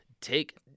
Take